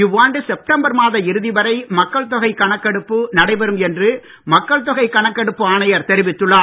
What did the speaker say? இவ்வாண்டு செப்டம்பர் மாத இறுதி வரை மக்கள்தொகை கணக்கெடுப்பு நடைபெறும் என்று மக்கள் தொகை கணக்கெடுப்பு ஆணையர் தெரிவித்துள்ளார்